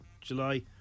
July